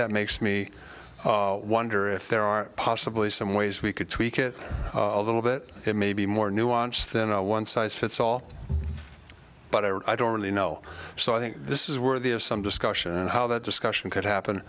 that makes me wonder if there are possibly some ways we could tweak it a little bit it may be more nuanced than a one size fits all but i don't really know so i think this is worthy of some discussion and how that discussion could happen